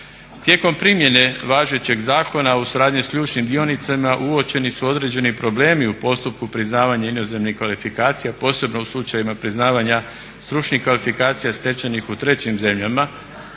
Tijekom primjene važećeg zakona u suradnji s ključnim dionicima uočeni su određeni problemi u postupku priznavanja inozemnih kvalifikacija posebno u slučajevima priznavanja stručnih kvalifikacija stečenih u trećim zemljama,